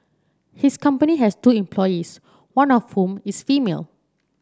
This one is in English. his company has two employees one of whom is female